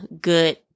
good